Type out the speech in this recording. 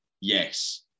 yes